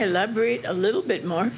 elaborate a little bit more